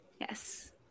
Yes